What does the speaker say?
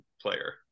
player